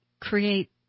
Create